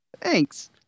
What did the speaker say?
Thanks